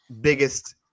biggest